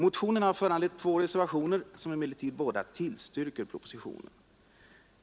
Motionerna har föranlett två reservationer, som emellertid båda tillstyrker propositionen.